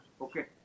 Okay